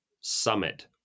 summit